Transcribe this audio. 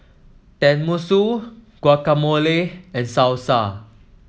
Tenmusu Guacamole and Salsa